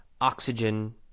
oxygen